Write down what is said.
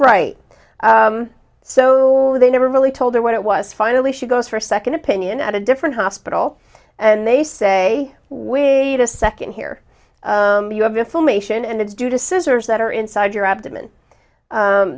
right so they never really told her what it was finally she goes for a second opinion at a different hospital and they say wait a second here you have inflammation and it's due to scissors that are inside your abdomen